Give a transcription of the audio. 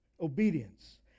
obedience